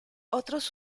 otros